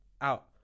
out